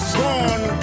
gone